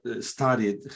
studied